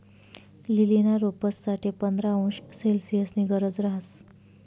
लीलीना रोपंस साठे पंधरा अंश सेल्सिअसनी गरज रहास